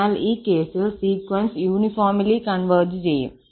അതിനാൽ ഈ കേസിൽസീക്വൻസ് യൂണിഫോംലി കോൺവെർജ് ചെയ്യും